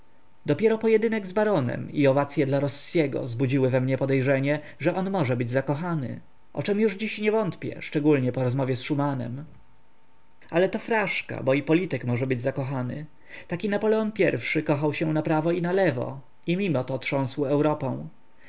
dopiero pojedynek z baronem i owacye dla rossiego zbudziły we mnie podejrzenia że on może być zakochany o czem już dziś nie wątpię szczególniej po rozmowie z szumanem ale to fraszka bo i polityk może być zakochany taki napoleon i kochał się naprawo i nalewo i mimo to trząsł europą